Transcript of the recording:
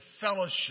fellowship